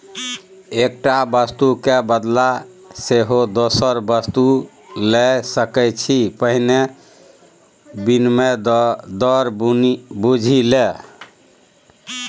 एकटा वस्तुक क बदला सेहो दोसर वस्तु लए सकैत छी पहिने विनिमय दर बुझि ले